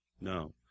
no